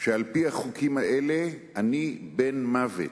שעל-פי החוקים האלה אני בן-מוות,